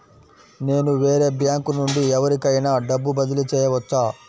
నేను వేరే బ్యాంకు నుండి ఎవరికైనా డబ్బు బదిలీ చేయవచ్చా?